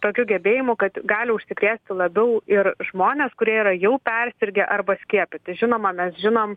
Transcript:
tokiu gebėjimu kad gali užsikrėsti labiau ir žmonės kurie yra jau persirgę arba skiepyti žinoma mes žinom